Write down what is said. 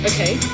Okay